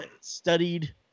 studied